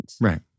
Right